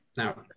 Now